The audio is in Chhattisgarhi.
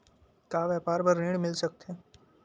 का व्यापार बर ऋण मिल सकथे?